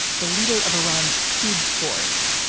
the leader of iran's cuds force.